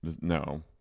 no